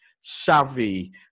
savvy